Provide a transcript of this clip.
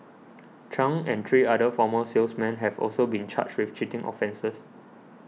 Chung and three other former salesmen have also been charged with cheating offences